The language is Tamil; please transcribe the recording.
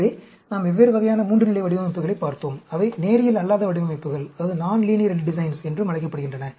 எனவே நாம் வெவ்வேறு வகையான 3 நிலை வடிவமைப்புகளைப் பார்த்தோம் அவை நேரியல் அல்லாத வடிவமைப்புகள் என்றும் அழைக்கப்படுகின்றன